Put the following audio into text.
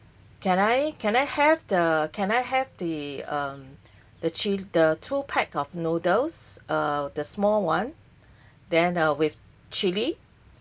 can I can I have the can I have the um the chi~ the two pack of noodles uh the small [one] then uh with chili